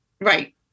Right